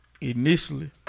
Initially